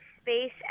Space